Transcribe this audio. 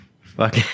Fuck